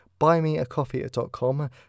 buymeacoffee.com